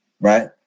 right